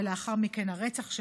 ולאחר מכן הרצח,